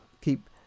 keep